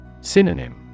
Synonym